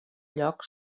lloc